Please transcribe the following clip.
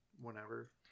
whenever